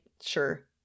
sure